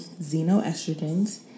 xenoestrogens